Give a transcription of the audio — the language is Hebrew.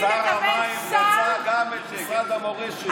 שר המים רצה גם את משרד המורשת.